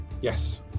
Yes